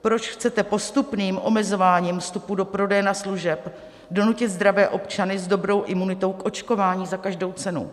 Proč chcete postupným omezováním vstupu do prodejen a služeb donutit zdravé občany s dobrou imunitou k očkování za každou cenu?